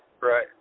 right